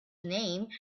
name